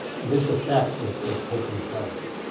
this effect is is taking place.